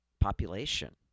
population